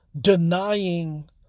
denying